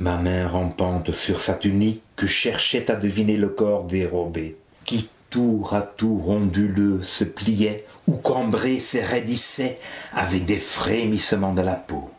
ma main rampante sur sa tunique cherchait à deviner le corps dérobé qui tour à tour onduleux se pliait ou cambré se raidissait avec des frémissements de la peau